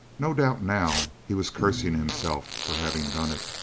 no doubt now he was cursing himself for having done it.